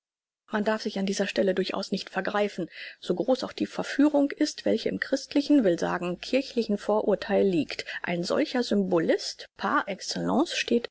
man darf sich an dieser stelle durchaus nicht vergreifen so groß auch die verführung ist welche im christlichen will sagen kirchlichen vorurtheil liegt ein solcher symbolist par excellence steht